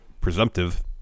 presumptive